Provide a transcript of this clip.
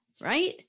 right